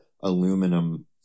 aluminum